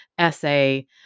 essay